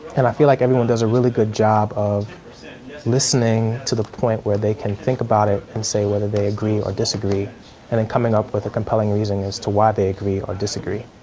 and i feel like everyone does a really good job of listening to the point where they can think about it and say whether they agree or disagree and then coming up with a compelling reason as to why they agree or disagree.